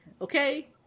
Okay